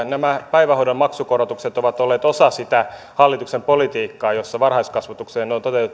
päivähoidon maksukorotukset ovat olleet osa sitä hallituksen politiikkaa jossa varhaiskasvatukseen on toteutettu